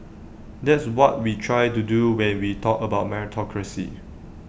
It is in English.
that's what we try to do when we talked about meritocracy